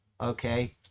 okay